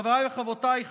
חבריי וחברותיי,